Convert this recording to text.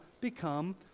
become